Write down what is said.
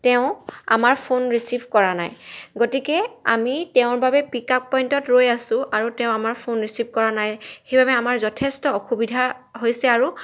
তেওঁ আমাৰ phone receive কৰা নাই গতিকে আমি তেওঁৰ বাবে পিক আপ পইণ্টত ৰৈ আছোঁ আৰু তেওঁ আমাৰ ফোন ৰিচিভ কৰা নাই সেইবাবে আমাৰ যথেষ্ট অসুবিধা হৈছে আৰু